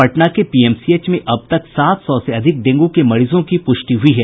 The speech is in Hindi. पटना के पीएमसीएच में अब तक सात सौ से अधिक डेंगू के मरीजों की पुष्टि हुयी है